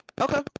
Okay